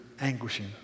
anguishing